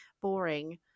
boring